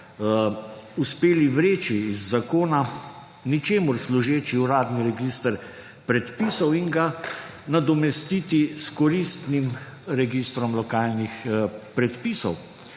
uspeli vreči iz zakona ničemur služeči uradni register predpisov in ga nadomestiti s koristnim registrom lokalnih predpisov.